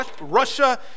Russia